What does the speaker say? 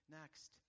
Next